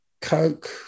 coke